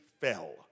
fell